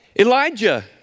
Elijah